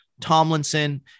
Tomlinson